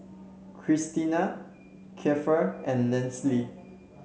Krystina Kiefer and Lesley